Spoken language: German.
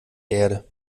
erde